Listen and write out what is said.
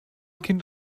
kind